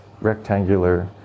rectangular